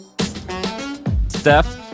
Steph